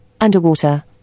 underwater